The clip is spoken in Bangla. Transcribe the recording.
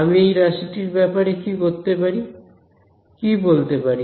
আমি এই রাশিটির ব্যাপারে কি করতে পারি কি বলতে পারি